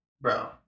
bro